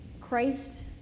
Christ